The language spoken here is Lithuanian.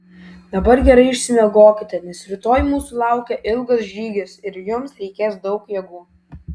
o dabar gerai išsimiegokite nes rytoj mūsų laukia ilgas žygis ir jums reikės daug jėgų